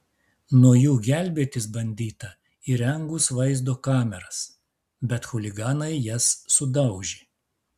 nuo jų gelbėtis bandyta įrengus vaizdo kameras bet chuliganai jas sudaužė